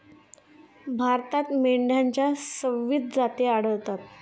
भारतात मेंढ्यांच्या सव्वीस जाती आढळतात